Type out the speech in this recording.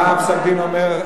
מה פסק-הדין אומר,